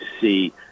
see